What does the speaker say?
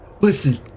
Listen